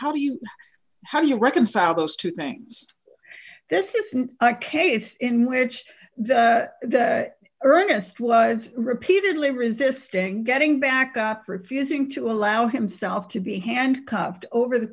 how do you how do you reconcile those two things this isn't a case in which the earliest was repeatedly resisting getting back up refusing to allow himself to be handcuffed over the